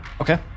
Okay